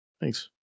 Thanks